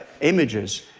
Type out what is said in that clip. images